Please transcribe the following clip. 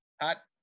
hot